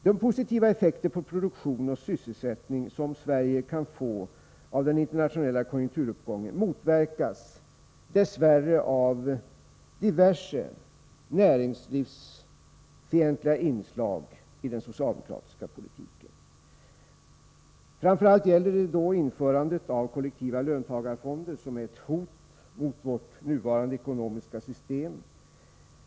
De positiva effekter på produktion och sysselsättning som Sverige kan få av den internationella konjunkturuppgången motverkas dess värre av diverse näringsfientliga inslag i den socialdemokratiska politiken. Framför allt gäller det införandet av kollektiva löntagarfonder, som är ett hot mot vårt nuvarande ekonomiska system.